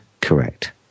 Correct